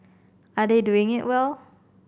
are they doing it well